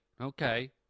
Okay